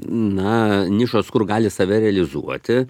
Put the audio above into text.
na nišos kur gali save realizuoti